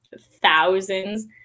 thousands